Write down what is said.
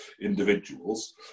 individuals